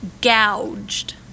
gouged